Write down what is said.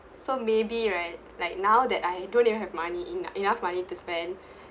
so maybe right like now that I don't have money en~ enough money to spend